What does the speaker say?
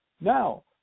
Now